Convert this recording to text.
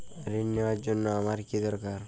ঋণ নেওয়ার জন্য আমার কী দরকার?